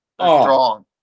strong